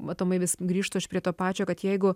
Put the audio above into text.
matomai vis grįžtu aš prie to pačio kad jeigu